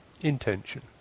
intention